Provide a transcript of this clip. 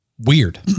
Weird